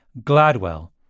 GLADWELL